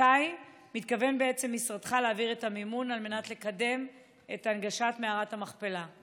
מתי משרדך מתכוון להעביר את המימון על מנת לקדם את הנגשת מערת המכפלה?